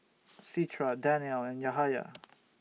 Citra Danial and Yahaya